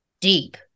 deep